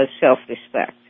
self-respect